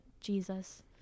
Jesus